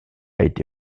été